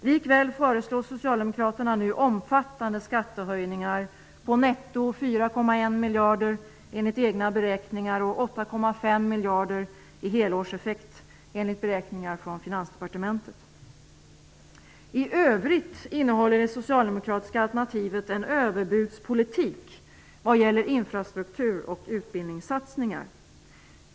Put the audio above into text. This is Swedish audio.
Likväl föreslår Socialdemokraterna nu omfattande skattehöjningar på netto 4,1 miljarder enligt egna beräkningar och 8,5 miljarder i helårseffekt enligt beräkningar från Finansdepartementet. I övrigt innehåller det socialdemokratiska alternativet en överbudspolitik vad gäller infrastruktur och utbildningssatsningar.